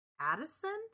Addison